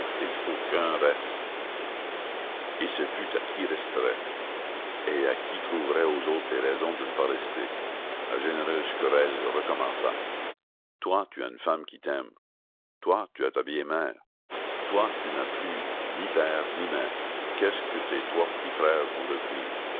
il faut qu'un reste et ce fut à qui resterait et à qui trouverait aux autres des raisons de ne pas rester la généreuse querelle recommença toi tu as une femme qui t'aime toi tu as ta vieille mère toi tu n'as plus ni père ni mère qu'est-ce que tes trois petits frères vont devenir